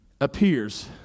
appears